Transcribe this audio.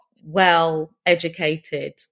well-educated